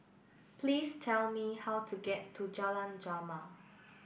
please tell me how to get to Jalan Jamal